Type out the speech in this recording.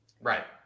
Right